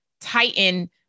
tighten